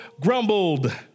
grumbled